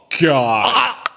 God